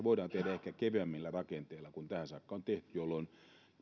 voidaan tehdä ehkä keveämmillä rakenteilla kuin tähän saakka on tehty jolloin